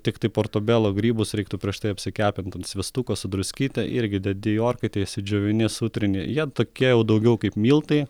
tiktai porto belo grybus reiktų prieš tai apsikepint ant sviestuko su druskyte irgi dedi į orkaitę išsidžiovini sutrini jie tokie jau daugiau kaip miltai